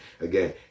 Again